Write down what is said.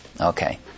Okay